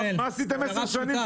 מה עשיתם עשר שנים?